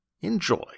Enjoy